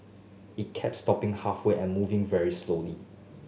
it kept stopping halfway and moving very slowly